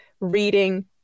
reading